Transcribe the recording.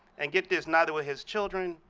and get this, neither will his children,